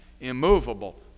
immovable